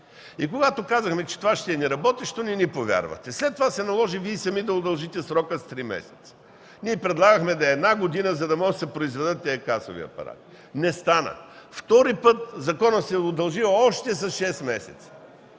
И когато казахме, че това ще е неработещо, не ни повярвахте. След това се наложи Вие самите да удължите срока с три месеца. Ние предлагахме да е една година, за да могат да се произведат тези касови апарати. Не стана. Втори път законът се удължи с още шест месеца.